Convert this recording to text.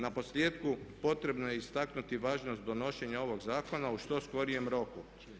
Naposljetku potrebno je istaknuti važnost donošenja ovog zakona u što skorijem roku.